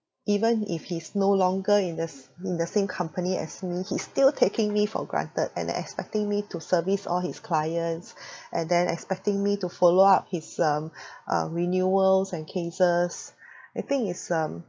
even if he's no longer in the s~ in the same company as me he's still taking me for granted and expecting me to service all his clients and then expecting me to follow up his um um renewals and cases I think it's um